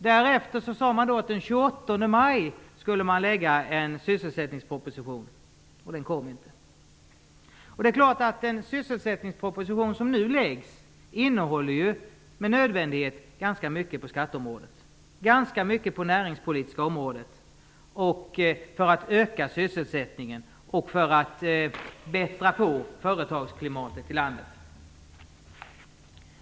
Därefter sade man att man skulle lägga fram en sysselsättningsproposition den 28 Den sysselsättningsproposition som nu läggs fram innehåller med nödvändighet ganska mycket på skatteområdet och ganska mycket på det näringspolitiska området för att öka sysselsättningen och för att bättra på företagsklimatet i landet.